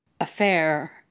affair